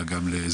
אלא גם לאזרחים,